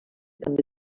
també